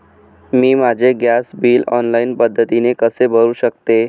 मी माझे gas bill online पद्धतीने कसे भरु शकते?